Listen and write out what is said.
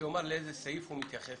שיאמר לאיזה סעיף הוא מתייחס,